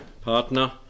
partner